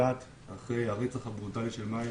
וקצת אחרי הרצח הברוטלי של מאיה.